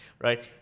right